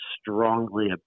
strongly